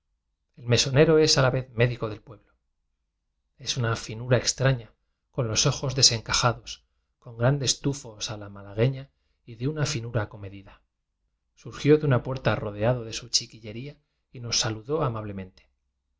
el meso nero es a la vez médico del pueblo es una finura extraña con los ojos desencajados con grandes fufos a la malagueña y de una finura comedida surgió de una puerta ro deado de su chiquillería y nos saludó ama